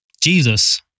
Jesus